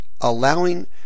allowing